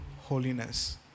holiness